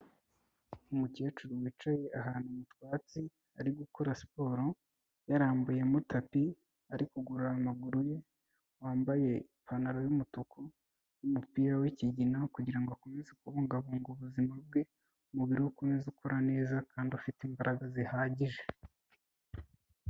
Umukecuru wicaye ahantu mu twatsi ari gukora siporo yarambuyemo tapi ari kugorora amaguru ye, wambaye ipantaro y'umutuku n'umupira wikigina kugirango akomeze kubungabunga ubuzima bwe, umubiri we ukomeze ukora neza kandi ufite imbaraga zihagije.